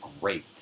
great